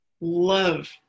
Love